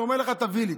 ואומר לך: תביא לי.